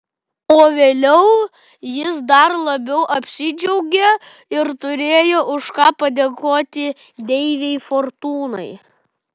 o vėliau jis dar labiau apsidžiaugė ir turėjo už ką padėkoti deivei fortūnai